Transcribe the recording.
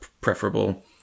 preferable